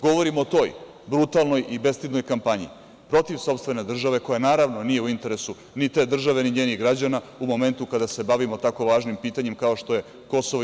Govorimo o toj brutalnoj i bestidnoj kampanji protiv sopstvene države koja, naravno, nije u interesu ni te države, ni njenih građana u momentu kada se bavimo takvim važnim pitanjima, kao što je KiM.